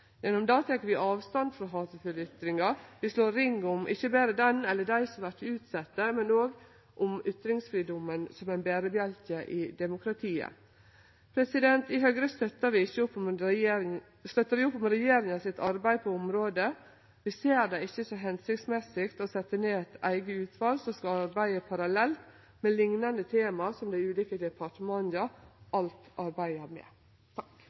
Gjennom det tek vi avstand frå hatefulle ytringar, og vi slår ring om ikkje berre den eller dei som vert utsette, men òg om ytringsfridomen som ein berebjelke i demokratiet. I Høgre støttar vi opp om regjeringa sitt arbeid på området. Vi ser det ikkje som hensiktsmessig å setje ned eit eige utval som skal arbeide parallelt med liknande tema som dei ulike departementa alt arbeider med.